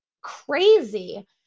crazy